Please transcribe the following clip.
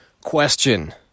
Question